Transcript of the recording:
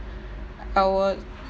I would